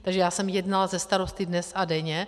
Takže já jsem jednala se starosty dnes a denně.